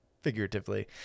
figuratively